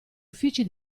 uffici